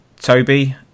Toby